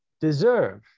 deserve